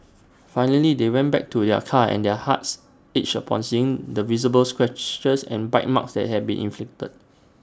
finally they went back to their car and their hearts ached upon seeing the visible scratches and bite marks that had been inflicted